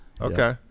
Okay